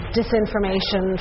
disinformation